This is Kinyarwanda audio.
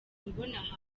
mbona